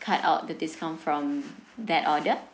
cut out the discount from that order